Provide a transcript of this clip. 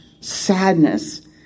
sadness